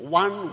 one